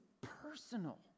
personal